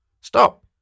Stop